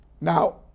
Now